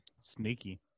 Sneaky